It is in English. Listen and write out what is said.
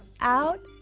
out